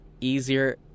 easier